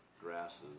grasses